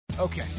Okay